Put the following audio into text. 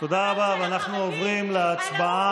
תודה רבה, ואנחנו עוברים להצבעה.